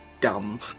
dumb